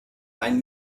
ein